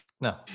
no